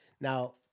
Now